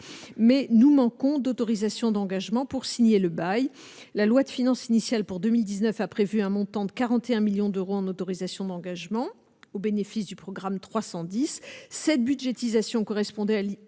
mais nous manquons d'autorisations d'engagement pour signer le bail, la loi de finances initiale pour 2019 a prévu un montant de 41 millions d'euros en autorisations d'engagement au bénéfice du programme 310 cette budgétisation correspondait à à l'hypothèse